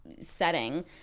setting